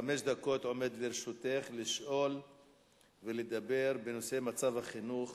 חמש דקות עומדות לרשותך לשאול ולדבר בנושא מצב החינוך